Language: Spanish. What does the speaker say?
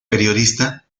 periodista